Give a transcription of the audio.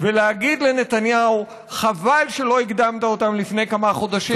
ולהגיד לנתניהו: חבל שלא הקדמת אותן לפני כמה חודשים,